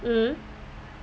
mmhmm